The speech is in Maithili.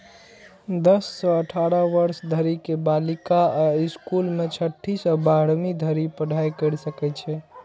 दस सं अठारह वर्ष धरि के बालिका अय स्कूल मे छठी सं बारहवीं धरि पढ़ाइ कैर सकै छै